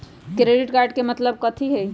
Credit card के मतलब कथी होई?